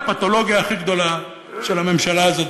הפתולוגיה הכי גדולה של הממשלה הזאת,